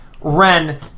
Ren